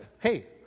hey